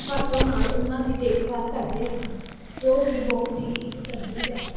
ਵਰਤੋਂ ਨਾਲ ਉਹਨਾਂ ਦੀ ਦੇਖਭਾਲ ਕਰਦੇ ਹਨ ਜੋ ਕਿ ਬਹੁਤ ਹੀ ਇੱਕ ਚੰਗੀ ਗੱਲ ਹੈ